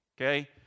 okay